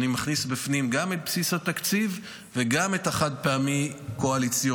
כשאני מכניס בפנים גם את בסיס התקציב וגם את החד-פעמי הקואליציוני,